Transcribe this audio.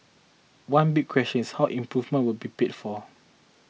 one big question is how improvement will be paid for